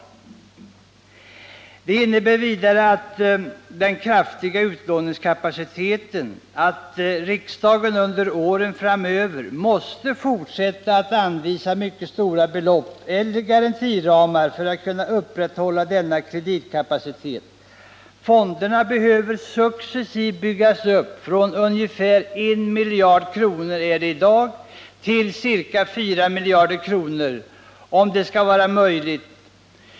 Vidare innebär den kraftiga ökningen av utlåningskapaciteten att riksdagen under åren framöver måste fortsätta att anvisa mycket stora belopp eller garantiramar för att kunna upprätthålla denna kreditkapacitet. Fonderna behöver successivt byggas upp, från ungefär 1 miljard kronor i dag till ca 4 miljarder kronor, om det skall vara möjligt.